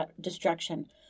destruction